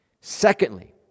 Secondly